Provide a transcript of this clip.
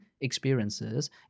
experiences